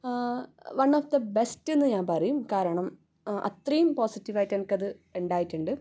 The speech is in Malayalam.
വൺ ഓഫ് ദ ബെസ്റ്റെന്ന് ഞാൻ പറയും കാരണം അത്രയും പോസിറ്റീവായിട്ട് എനിക്കത് ഉണ്ടായിട്ടുണ്ട്